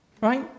right